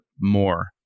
more